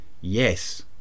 Yes